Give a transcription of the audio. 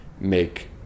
make